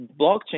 blockchain